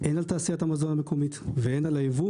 הן על תעשיית המזון המקומית והן על הייבוא